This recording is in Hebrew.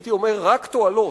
רק תועלות.